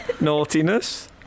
naughtiness